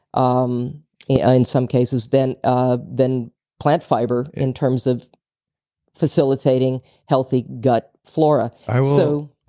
um in some cases than ah than plant fiber in terms of facilitating healthy gut flora i will. so